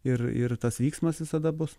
ir ir tas vyksmas visada bus